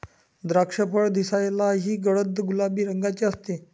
द्राक्षफळ दिसायलाही गडद गुलाबी रंगाचे असते